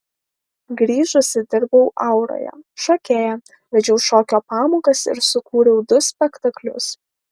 grįžusi dirbau auroje šokėja vedžiau šokio pamokas ir sukūriau du spektaklius